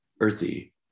earthy